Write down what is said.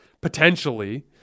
potentially